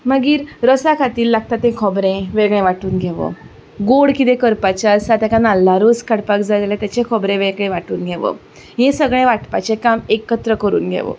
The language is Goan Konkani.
मागीर रोसा खातीर लागता तें खोबरें वेगळें वांटून घेवप गोड कितें करपाचें आसा ताका नाल्ला रोस काडपाक जाय जाल्यार ताचें खोबरें वेगळें वांटून घेवप हे सगळें वांटपाचें काम एकत्र करून घेवप